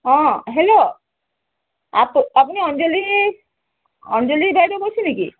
অঁ হেল্ল' আপ আপুনি অঞ্জলি অঞ্জলি বাইদেউ কৈছে নেকি